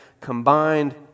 combined